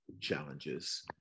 challenges